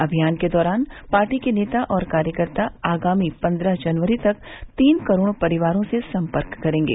अभियान के दौरान पार्टी के नेता और कार्यकर्ता आगामी पन्द्रह जनवरी तक तीन करोड़ परिवारों से संपर्क करेंगे